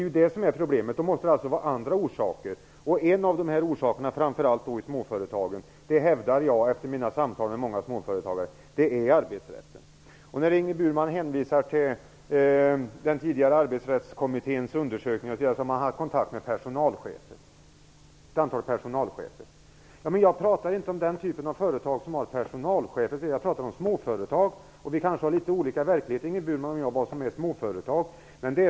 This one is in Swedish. Detta är problemet. Då måste det finnas andra orsaker. Efter mina samtal med många småföretagare hävdar jag att en av orsakerna till detta är arbetsrätten. Ingrid Burman hänvisar till den tidigare arbetsrättskommitténs undersökningar. Där har man haft kontakt med ett antal personalchefer. Men jag pratar inte om den typen av företag som har personalchefer. Jag pratar om småföretag. Vi kanske har litet olika uppfattning om vad som är småföretag Ingrid Burman och jag.